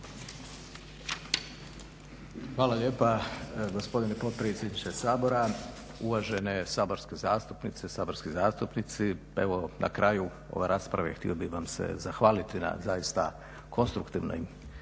Hvala lijepa gospodine potpredsjedniče Sabora, uvažene saborske zastupnice i saborski zastupnici. Evo na kraju ove rasprave htio bih vam se zahvaliti na zaista konstruktivnim